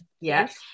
Yes